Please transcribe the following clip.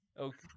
Okay